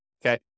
Okay